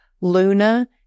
Luna